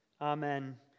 Amen